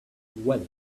well